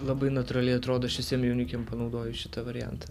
labai natūraliai atrodo aš visiem jaunikiam panaudoju šitą variantą